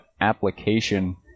application